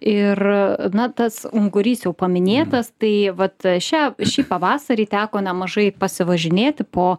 ir na tas ungurys jau paminėtas tai vat šią šį pavasarį teko nemažai pasivažinėti po